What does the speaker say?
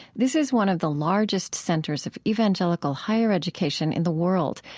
this is one of the largest centers of evangelical higher education in the world,